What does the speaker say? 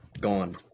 gone